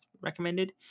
recommended